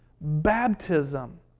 Baptism